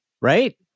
right